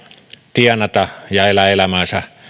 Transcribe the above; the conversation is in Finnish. tienata ja elää elämäänsä